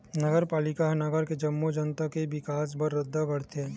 नगरपालिका ह नगर के जम्मो जनता के बिकास बर रद्दा गढ़थे